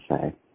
say